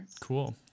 Cool